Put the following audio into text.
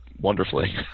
wonderfully